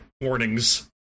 warnings